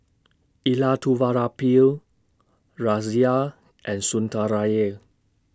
Elattuvalapil Razia and Sundaraiah